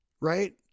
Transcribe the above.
Right